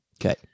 okay